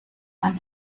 man